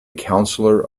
counselor